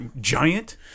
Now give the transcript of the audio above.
giant